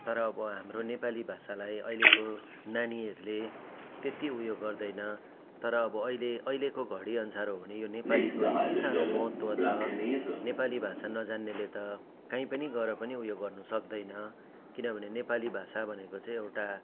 तर अब हाम्रो नेपाली भाषालाई अहिलेको नानीहरूले त्यति उयो गर्दैन तर अब अहिले अहिलेको घडी अनुसार हो भने यो नेपालीको यत्ति साह्रो महत्त्व छ नेपाली भाषा नजान्नेले त कहीँ पनि गएर पनि उयो गर्नु सक्दैन किनभने नेपाली भाषा भनेको चाहिँ एउटा